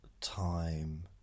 time